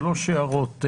שלוש הערות.